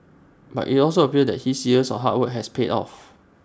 but IT also appears that his years of hard work has paid off